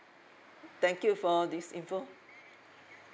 thank you for this info